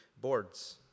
boards